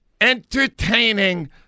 entertaining